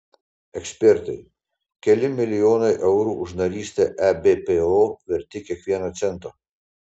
ekspertai keli milijonai eurų už narystę ebpo verti kiekvieno cento